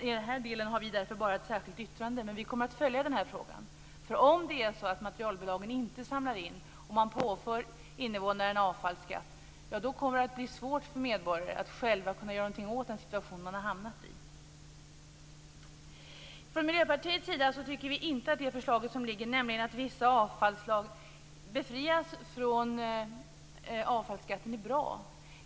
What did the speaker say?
I den här delen har vi därför bara ett särskilt yttrande, men vi kommer att följa den här frågan. Om det är så att materialbolagen inte samlar in och man påför invånarna en avfallsskatt kommer det nämligen att bli svårt för dessa att själva göra något åt den situation man har hamnat i. Från Miljöpartiets sida tycker vi inte att det förslag som finns om att vissa avfallsslag befrias från avfallsskatten är bra.